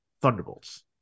Thunderbolts